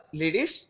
ladies